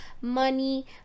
money